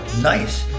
nice